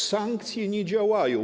Sankcje nie działają.